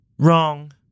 Wrong